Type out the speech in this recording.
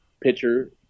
pitcher